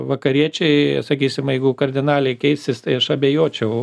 vakariečiai sakysim jeigu kardinaliai keisis tai aš abejočiau